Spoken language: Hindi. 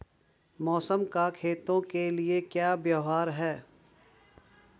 मौसम का खेतों के लिये क्या व्यवहार है?